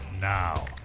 Now